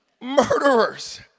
Murderers